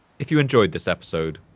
if you enjoyed this episode,